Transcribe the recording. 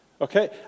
Okay